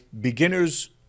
beginner's